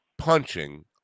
Punching